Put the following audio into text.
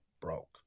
broke